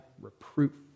reproof